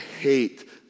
hate